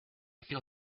feel